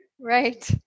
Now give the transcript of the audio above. Right